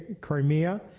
Crimea